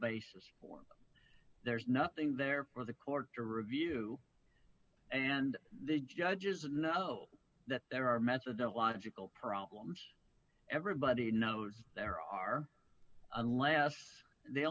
basis for there's nothing there for the court to review and the judges know that there are methadone logical problems everybody knows there are unless they